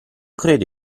credo